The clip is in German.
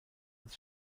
als